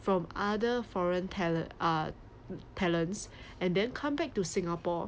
from other foreign tale~ uh talents and then come back to singapore